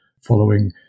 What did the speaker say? following